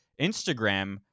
Instagram